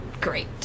great